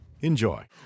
enjoy